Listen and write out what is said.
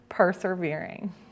persevering